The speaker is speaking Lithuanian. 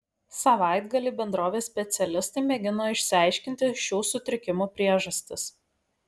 savaitgalį bendrovės specialistai mėgino išsiaiškinti šių sutrikimų priežastis